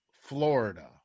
Florida